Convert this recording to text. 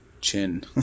chin